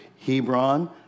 Hebron